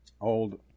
old